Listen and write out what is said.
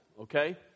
okay